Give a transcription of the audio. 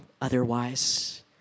otherwise